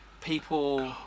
people